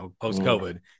post-COVID